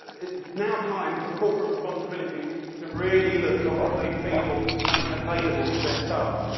it's now time for corporate responsibility to really look at what they feed or make available to their staff.